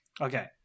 Okay